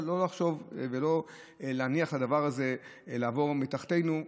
לא לחשוב ולא להניח לדבר הזה לעבור מתחתינו.